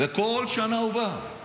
וכל שנה הוא בא.